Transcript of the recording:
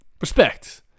Respect